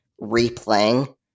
replaying